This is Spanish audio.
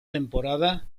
temporada